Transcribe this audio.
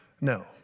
No